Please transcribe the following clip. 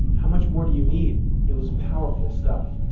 how much more do you need it was powerful stuff